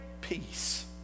peace